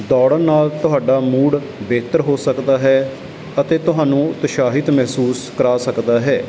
ਦੌੜਨ ਨਾਲ ਤੁਹਾਡਾ ਮੂਡ ਬਿਹਤਰ ਹੋ ਸਕਦਾ ਹੈ ਅਤੇ ਤੁਹਾਨੂੰ ਉਤਸ਼ਾਹਿਤ ਮਹਿਸੂਸ ਕਰਵਾ ਸਕਦਾ ਹੈ